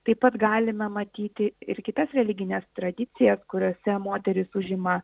taip pat galime matyti ir kitas religines tradicijas kuriose moterys užima